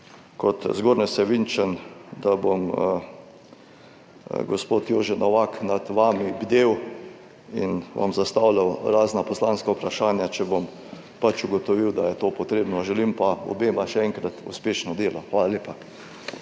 kot Zgornje Savinjčan, da bom gospod Jože Novak, nad vami bdel in vam zastavljal razna poslanska vprašanja, če bom ugotovil, da je to potrebno. Želim pa obema še enkrat uspešno delo. Hvala lepa.